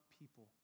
people